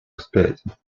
вспять